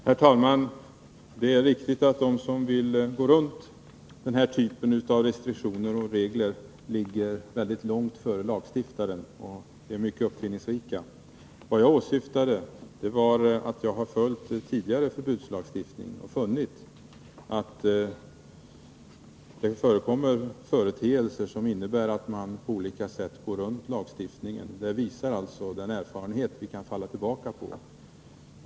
Herr talman! Det är riktigt att de som vill gå runt den här typen av restriktioner och regler ligger väldigt långt före lagstiftaren och är mycket uppfinningsrika. Vad jag åsyftade var att jag följt tidigare förbudslagstiftning och funnit att det förekommer att man på olika sätt går runt lagstiftningen. Det visar den erfarenhet vi kan fall tillbaka på.